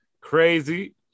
crazy